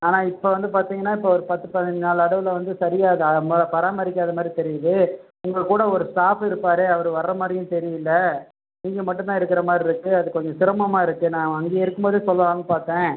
ஆனால் இப்போ வந்து பார்த்திங்கன்னா இப்போ ஒரு பத்து பதினஞ்சு நாள் நடுவில் வந்து சரியாக அதை ம பராமரிக்காத மாதிரி தெரியுது உங்கள்கூட ஒரு ஸ்டாஃப் இருப்பாரே அவர் வர்ற மாதிரியும் தெரியலை நீங்கள் மட்டுந்தான் இருக்கிற மாதிரிருக்கு அது கொஞ்சம் சிரமமாக இருக்குது நான் அங்கே இருக்கும்போதே சொல்லலான்னு பார்த்தேன்